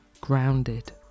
grounded